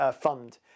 fund